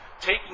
taking